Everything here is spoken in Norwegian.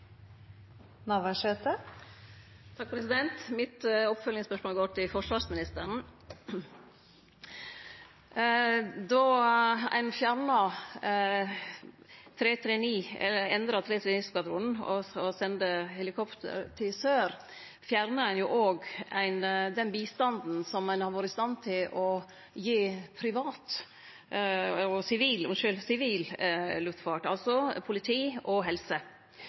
Navarsete – til oppfølgingsspørsmål. Mitt oppfølgingsspørsmål går til forsvarsministeren. Då ein endra 339-skvadronen og sende helikopter til sør, fjerna ein òg den bistanden som ein har vore i stand til å gi sivil luftfart, altså politi og helse.